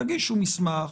תגישו מסמך,